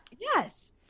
Yes